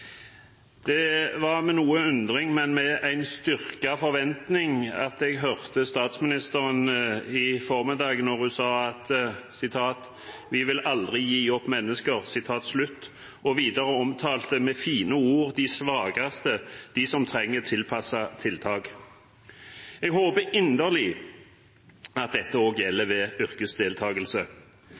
Det var med noe undring, men med en styrket forventning jeg hørte statsministeren i formiddag da hun sa at «vi aldri skal gi opp mennesker», og videre omtalte med fine ord de svakeste, de som trenger tilpassede tiltak. Jeg håper inderlig at dette også gjelder ved yrkesdeltakelse.